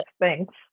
Thanks